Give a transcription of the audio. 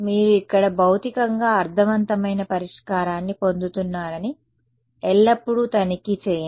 మీరు ఇక్కడ భౌతికంగా అర్థవంతమైన పరిష్కారాన్ని పొందుతున్నారని ఎల్లప్పుడూ తనిఖీ చేయండి